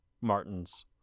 Martin's